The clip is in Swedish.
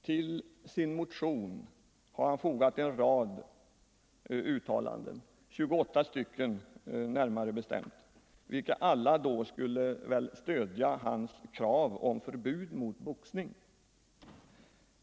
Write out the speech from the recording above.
Till sin motion har han fogat en rad uttalanden — 28 stycken närmare bestämt — vilka väl alla skulle stödja hans krav på förbud mot boxning.